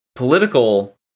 political